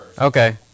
Okay